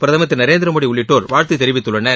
பிரதமர் திருநரேந்திரமோடிஉள்ளிட்டோர் வாழ்த்துதெரிவித்துள்ளனர்